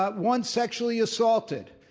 ah one sexually assaulted.